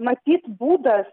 matyt būdas